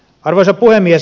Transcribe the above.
arvoisa puhemies